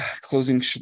closing